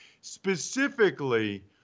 Specifically